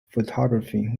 photography